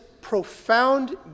profound